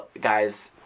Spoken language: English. guys